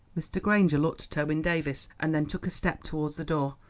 mr. granger looked at owen davies and then took a step towards the door.